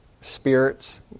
spirits